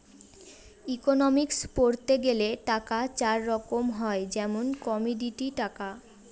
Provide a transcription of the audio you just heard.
economics পড়তে গেলে টাকা চার রকম হয় যেমন কমোডিটি টাকা